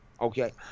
Okay